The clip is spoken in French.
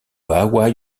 hawaï